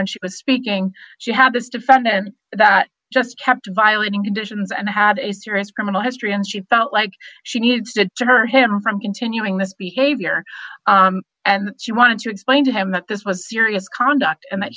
when she was speaking she had this defendant that just kept violating conditions and had a serious criminal history and she felt like she needs it to hurt him from continuing this behavior and she wants to explain to him that this was serious conduct and